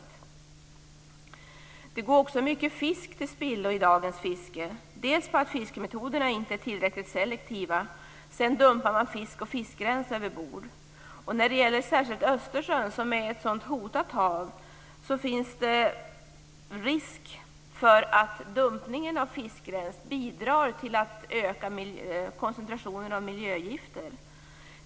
I dagens fiske går mycket fisk till spillo, dels beroende på att fiskemetoderna inte är tillräckligt selektiva, dels beroende på att fisk och fiskrens dumpas över bord. När det gäller Östersjön, som är ett hotat hav, finns det risk för att dumpningen av fiskrens bidrar till att öka koncentrationen av miljögifter.